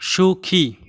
সুখী